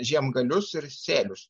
žiemgalius ir sėlius